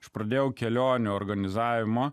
aš pradėjau kelionių organizavimo